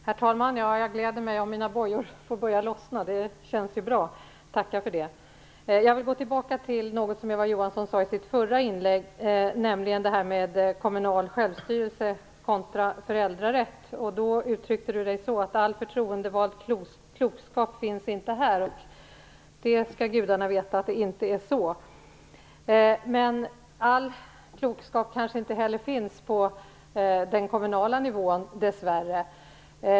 Herr talman! Jag gläder mig om mina bojor börjar lossna. Det känns bra. Jag tackar för det. Jag vill gå tillbaka till något som Eva Johansson sade i sitt förra inlägg, nämligen det om kommunal självstyrelse kontra föräldrarätt. Hon sade att all förtroendevald klokskap inte finns här i riksdagen. Det skall gudarna veta att det inte är så. Men all klokskap kanske inte heller finns på den kommunala nivån, dess värre.